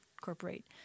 incorporate